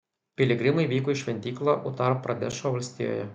piligrimai vyko į šventyklą utar pradešo valstijoje